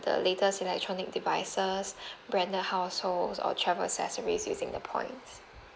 the latest electronic devices branded households or travel accessories using the points